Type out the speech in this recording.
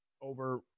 over